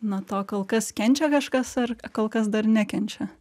nuo to kol kas kenčia kažkas ar kol kas dar nekenčia